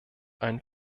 ein